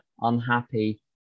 unhappy